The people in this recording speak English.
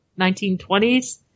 1920s